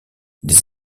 des